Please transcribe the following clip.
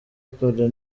akora